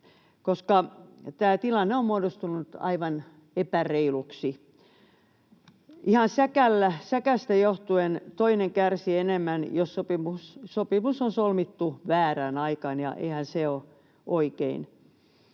koska tämä tilanne on muodostunut aivan epäreiluksi. Ihan säkästä johtuen toinen kärsii enemmän, jos sopimus on solmittu väärään aikaan, ja eihän se ole oikein.